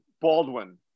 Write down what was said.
Baldwin